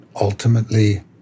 ultimately